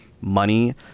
money